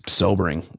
sobering